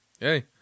Hey